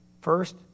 first